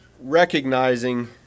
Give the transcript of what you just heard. recognizing